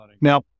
Now